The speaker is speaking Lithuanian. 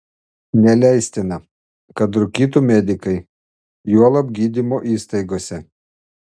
neleistina kad rūkytų medikai juolab gydymo įstaigose